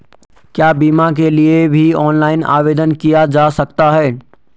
क्या बीमा के लिए भी ऑनलाइन आवेदन किया जा सकता है?